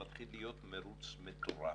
מתחיל להיות מרוץ מטורף.